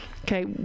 okay